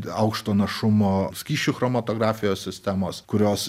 aukšto našumo skysčių chromatografijos sistemos kurios